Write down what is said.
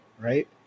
right